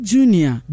Junior